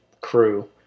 crew